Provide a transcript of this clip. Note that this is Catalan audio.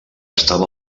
estava